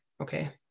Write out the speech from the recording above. okay